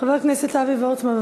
חבר הכנסת אבי וורצמן.